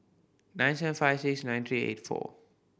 nine seven five six nine three eight four